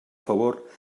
favor